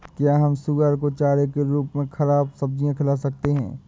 क्या हम सुअर को चारे के रूप में ख़राब सब्जियां खिला सकते हैं?